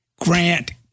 Grant